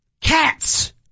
cats